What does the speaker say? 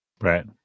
Right